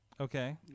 Okay